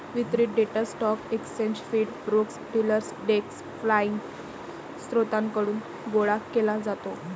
वितरित data stock exchange feed, brokers, dealer desk filing स्त्रोतांकडून गोळा केला जातो